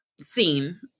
seen